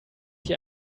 hier